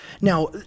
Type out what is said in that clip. Now